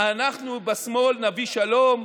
אנחנו בשמאל נביא שלום.